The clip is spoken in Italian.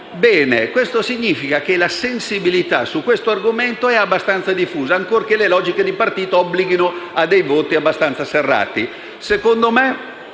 ampio. Ciò significa che la sensibilità su questo argomento è abbastanza diffusa, ancorché le logiche di partito obblighino a voti abbastanza serrati.